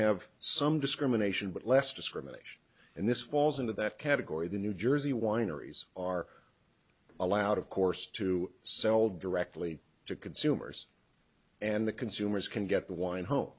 have some discrimination but less discrimination and this falls into that category the new jersey wineries are allowed of course to sell directly to consumers and the consumers can get the wine home